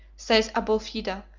says abulfeda,